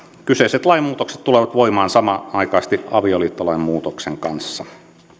kyseiset lainmuutokset tulevat voimaan samanaikaisesti avioliittolain muutoksen kanssa